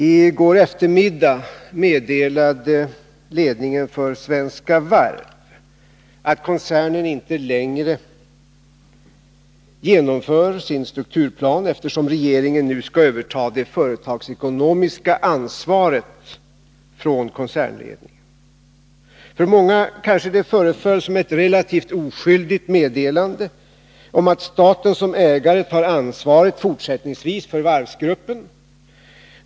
I går eftermiddag meddelade ledningen för Svenska Varv att koncernen inte längre genomför sin strukturplan eftersom regeringen nu skall överta det företagsekonomiska ansvaret från koncernledningen. För många kanske det föreföll som ett relativt oskyldigt meddelande om att staten som ägare tar ansvaret fortsättningsvis för varvsgruppen.